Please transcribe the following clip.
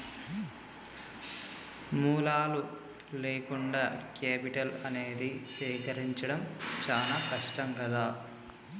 మూలాలు లేకుండా కేపిటల్ అనేది సేకరించడం చానా కష్టం గదా